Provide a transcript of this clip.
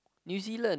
New Zealand